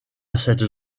cette